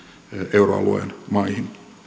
euroalueen maihin